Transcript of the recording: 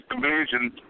division